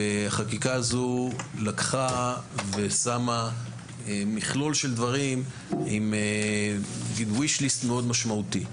החקיקה הזו שמה מכלול של דברים עם "ויש-ליסט" משמעותי מאוד.